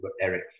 Eric